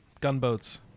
Gunboats